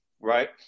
right